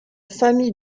famille